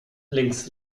links